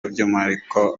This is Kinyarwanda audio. by’umwihariko